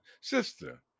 sister